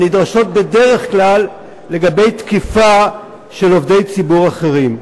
הנדרשות בדרך כלל לגבי תקיפה של עובדי ציבור אחרים.